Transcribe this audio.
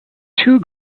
two